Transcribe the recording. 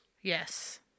yes